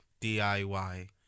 DIY